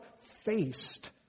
faced